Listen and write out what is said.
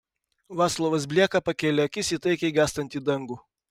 vaclovas blieka pakėlė akis į taikiai gęstantį dangų